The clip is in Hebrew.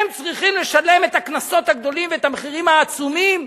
הם צריכים לשלם את הקנסות הגדולים ואת המחירים העצומים,